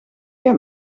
heb